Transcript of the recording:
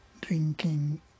drinking